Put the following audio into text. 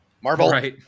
Marvel